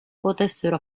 potessero